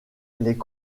les